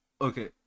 okay